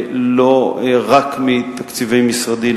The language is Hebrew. לא רק מתקציבי משרדי,